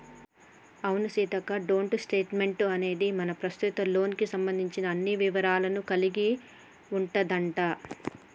అవును Seethakka don't statement అనేది మన ప్రస్తుత లోన్ కు సంబంధించిన అన్ని వివరాలను కలిగి ఉంటదంట